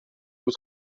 moet